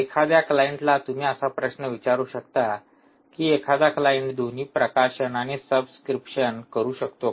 एखाद्या क्लायंटला तुम्ही असा प्रश्न विचारू शकता कि एखादा क्लायंट दोन्ही प्रकाशन आणि सबस्क्रिप्शन करू शकतो का